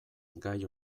gai